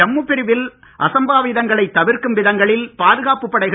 ஜம்மு பிரிவில் அசம்பாவிதங்களைத் தவிர்க்கும் விதங்களில் பாதுகாப்பு படைகள்